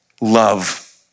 Love